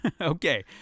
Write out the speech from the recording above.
Okay